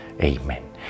Amen